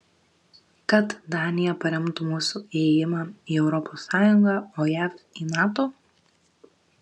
kad danija paremtų mūsų ėjimą į europos sąjungą o jav į nato